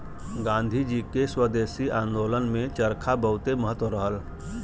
गांधी जी के स्वदेशी आन्दोलन में चरखा बहुते महत्व रहल